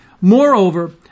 Moreover